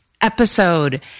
episode